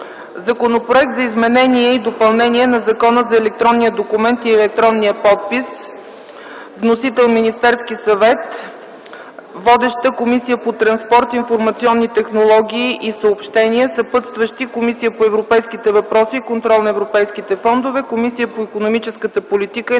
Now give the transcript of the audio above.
Законопроект за изменение и допълнение на Закона за електронния документ и електронния подпис. Вносител е Министерският съвет. Водеща е Комисията по транспорт, информационни технологии и съобщения. Съпътстващи са: Комисията по европейските въпроси и контрол на европейските фондове и Комисията по икономическата политика, енергетика